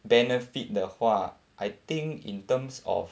benefit 的话 I think in terms of